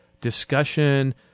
discussion